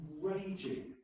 raging